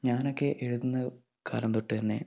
ഞാനൊക്കെ എഴുതുന്ന കാലം തൊട്ട് തന്നെ